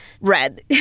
red